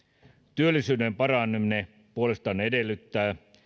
työllisyyden paraneminen puolestaan edellyttää